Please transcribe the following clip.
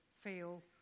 feel